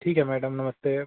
ठीक है मैडम नमस्ते